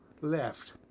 left